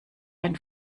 ein